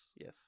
Yes